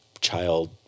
Child